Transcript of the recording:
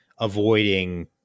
avoiding